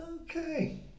Okay